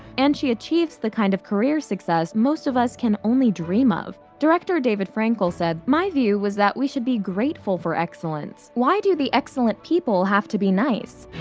and she achieves the kind of career success most of us can only dream of. director david frankel said, my view was that we should be grateful for excellence. why do the excellent people have to be nice?